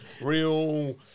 Real